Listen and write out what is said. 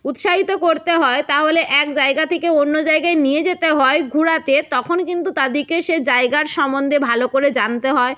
উৎসাহিত করতে হয় তাহলে এক জায়গা থেকে অন্য জায়গায় নিয়ে যেতে হয় ঘোরাতে তখন কিন্তু তাদেরকে সে জায়গার সম্বন্ধে ভালো করে জানতে হয়